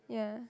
yeah